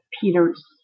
Peter's